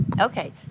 okay